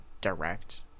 direct